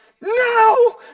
No